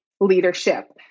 leadership